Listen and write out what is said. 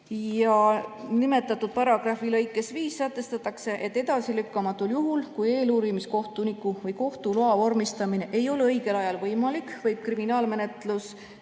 Nimetatud paragrahvi lõikes 5 sätestatakse, et edasilükkamatul juhul, kui eeluurimiskohtuniku või kohtu loa vormistamine ei ole õigel ajal võimalik, võib kriminaalmenetluse